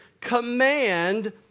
command